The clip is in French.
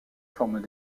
forment